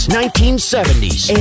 1970s